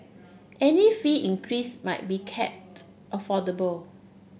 any fee increase must be kept affordable